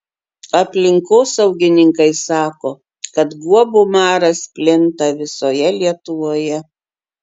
aplinkosaugininkai sako kad guobų maras plinta visoje lietuvoje